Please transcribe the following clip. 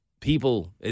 people